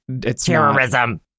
Terrorism